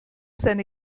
seine